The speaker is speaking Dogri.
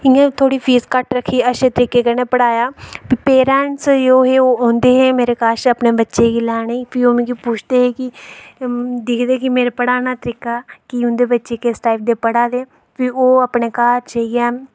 इयां गै थोह्ढ़ी फीस घट्ट रक्खी अच्छे तरीके कन्नै पढ़ाया फ्ही पेरैंटस औंदे हे मेरे कश अपने बच्चें गी लैने गी ओह् मिगी पुछदे हे ओह् दिखदे हे मेरे पढ़ाने दा तरीका ओह् किस टाईप दे पढ़ा दे फ्ही ओह् अपने घर जाइयै